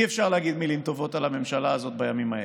אי-אפשר להגיד מילים טובות על הממשלה הזאת בימים האלה.